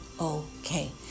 okay